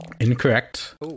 Incorrect